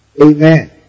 Amen